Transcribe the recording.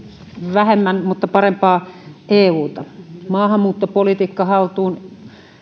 vähemmän mutta parempaa euta maahanmuuttopolitiikka haltuun